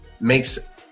makes